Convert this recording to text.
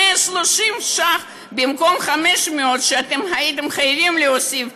130 שקל במקום 500 שאתם הייתם חייבים להוסיף.